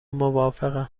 موافقم